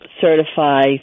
certify